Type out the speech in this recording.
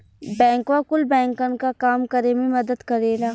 बैंकवा कुल बैंकन क काम करे मे मदद करेला